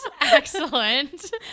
Excellent